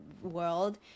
world